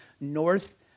north